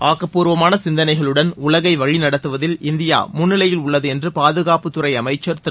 ஆக்கப் பூர்வமான சிந்தனைகளுடன் உலகை வழிநடத்துவதில் இந்தியா முன்னிலையில் உள்ளது என்று பாதுகாப்புத் துறை அமைச்சர் திரு